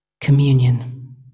communion